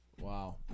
Wow